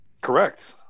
Correct